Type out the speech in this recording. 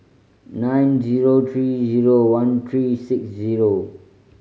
nine zero three zero one three six zero